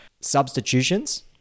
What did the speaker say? Substitutions